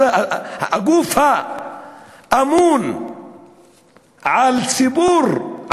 הגוף האמון על ציבור,